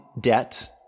debt